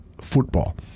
football